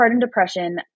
depression